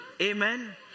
Amen